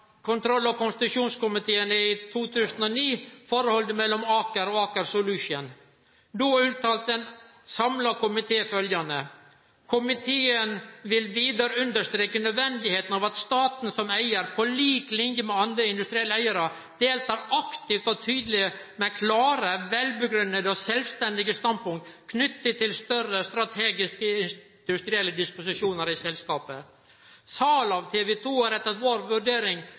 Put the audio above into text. kontroll- og konstitusjonskomiteen i 2009 forholdet mellom Aker og Aker Solutions. Då uttalte ein samla komité følgjande: «Komiteen vil videre understreke nødvendigheten av at staten som eier, på linje med andre industrielle eiere, deltar aktivt og tydelig med klare, velbegrunnede og selvstendige standpunkter knyttet til større strategiske industrielle disposisjoner i selskapet.» Salet av TV 2 er etter vår vurdering